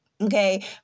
okay